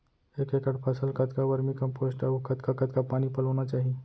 एक एकड़ फसल कतका वर्मीकम्पोस्ट अऊ कतका कतका पानी पलोना चाही?